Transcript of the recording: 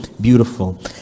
beautiful